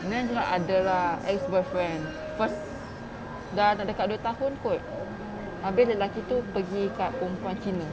then dia cakap ada lah ex boyfriend cause dah nak dekat dua tahun kot abeh lelaki tu pergi kat perempuan cina